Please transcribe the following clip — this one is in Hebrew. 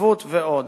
התנדבות ועוד.